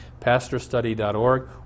pastorstudy.org